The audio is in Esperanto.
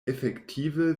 efektive